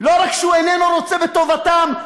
לא רק שהוא איננו רוצה בטובתם,